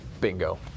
Bingo